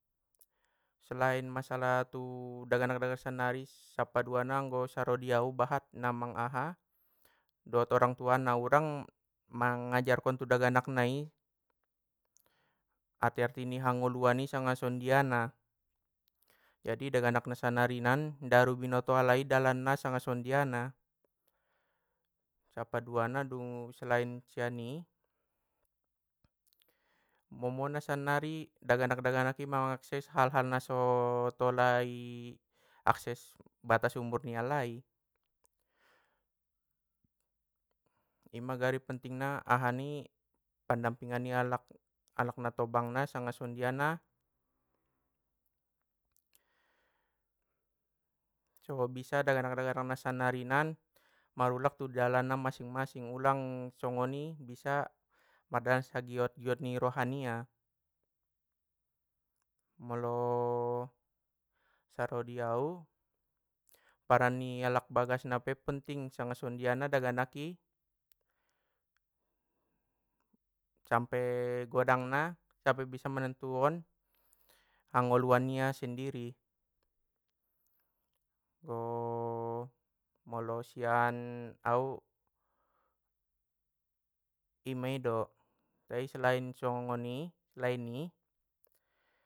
Selain masalah tu daganak daganak sannari, sapaduana anggo saro diau bahat na mang aha? Dot orang tuana urang, mangajarkon tu daganak nai, arti arti hangoluan i sanga songondiana, jadi daganak na sannarinan inda aru binoto alai dalanna sanga songondiana!, sapaduana dung selain sian i, momo na sannari daganak daganaki mangakses hal hal naso tolai akses batas umur nialai. Ima gari pentingna ahani pandampingan ni alak- alak na tobang na sanga songondiana, so bisa daganak daganak sannarinan marulak tu dalanna masing masing, ulang songoni bisa, mardalan sagiot giot ni roha nia!, molo saro diau, paran ni alak bagasna pe ponting sanga songondiana daganak i, sampe godangna sampe bisa manentuon hangoluan nia sendiri, molo sian au, imeido tai selain songoni, lain i.